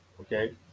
okay